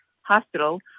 hospital